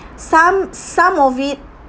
some some of it